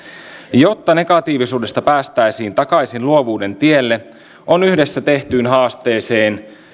jotta negatiivisuudesta päästäisiin takaisin luovuuden tielle on yhdessä tehtyyn haasteeseen